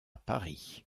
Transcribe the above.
paris